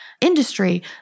industry